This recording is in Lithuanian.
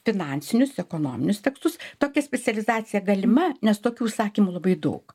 finansinius ekonominius tekstus tokia specializacija galima nes tokių užsakymų labai daug